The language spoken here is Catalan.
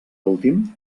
últim